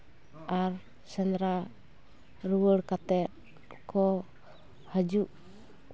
ᱟᱨ ᱥᱮᱸᱫᱽᱨᱟ ᱨᱩᱣᱟᱹᱲ ᱠᱟᱛᱮᱜ ᱠᱚ ᱦᱤᱡᱩᱜ